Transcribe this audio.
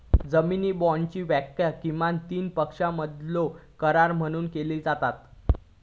जामीन बाँडची व्याख्या किमान तीन पक्षांमधलो करार म्हणून केली जाता